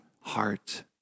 heart